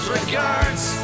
Regards